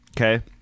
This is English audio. okay